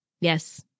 Yes